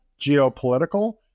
geopolitical